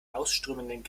ausströmenden